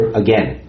again